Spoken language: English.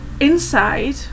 inside